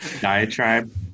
diatribe